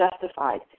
justified